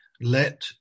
let